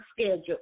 schedule